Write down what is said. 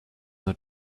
not